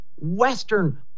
Western